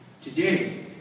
today